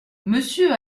monsieur